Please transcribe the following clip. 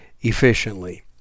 efficiently